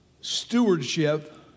stewardship